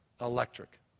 electric